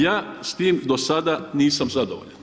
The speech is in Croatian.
Ja s tim do sada nisam zadovoljan.